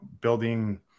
building